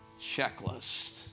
checklist